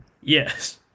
Yes